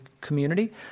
community